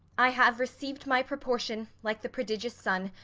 i have receiv'd my proportion, like the prodigious son,